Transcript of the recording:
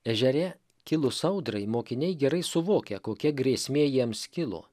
ežere kilus audrai mokiniai gerai suvokia kokia grėsmė jiems kilo